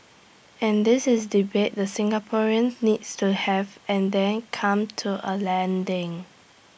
and this is debate the Singaporeans needs to have and then come to A landing